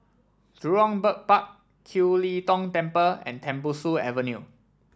Jurong Bird Park Kiew Lee Tong Temple and Tembusu Avenue